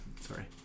Sorry